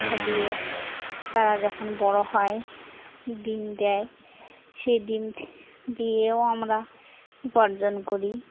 তারা যখন বড়ো হয় ডিম দেয় সেই ডিম দিয়েও আমরা উপার্জন করি